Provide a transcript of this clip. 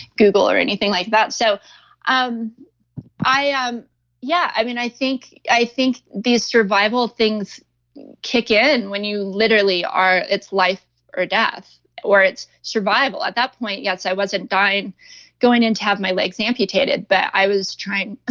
google or anything like that. so um i, um yeah, i mean, i think i think these survival things kick in when you literally are it's life or death or it's survival. at that point, yes, i wasn't dying going in to have my legs amputated, but i was trying to.